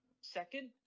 second